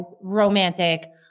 romantic